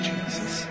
Jesus